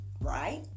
right